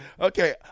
Okay